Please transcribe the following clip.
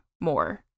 more